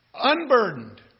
unburdened